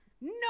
No